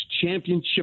championship